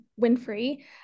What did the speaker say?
Winfrey